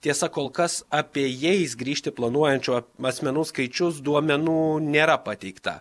tiesa kol kas apie jais grįžti planuojančių asmenų skaičius duomenų nėra pateikta